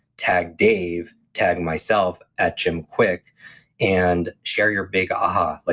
tag dave, tag myself at jimkwik, and share your big aha, like